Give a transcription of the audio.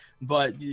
but-